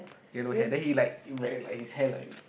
yellow hair then he like very like his hair like